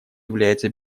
является